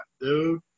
dude